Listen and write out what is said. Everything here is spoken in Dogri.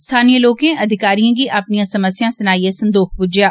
स्थानीय लोकें अधिकारिएं गी अपनियां समस्यां सनाईयै संदोख बुज्झेया